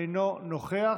אינו נוכח,